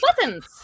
buttons